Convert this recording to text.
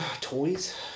Toys